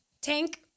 tank